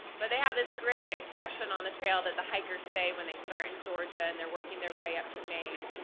but they have this great expression on the trail that the hikers say, when they start in georgia and they're working their way up to maine.